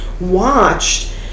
watched